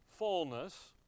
Fullness